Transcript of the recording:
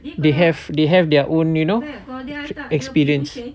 they have they have their own you know experience